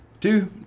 Two